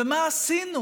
ומה עשינו